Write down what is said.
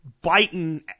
biting